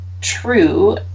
true